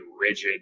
rigid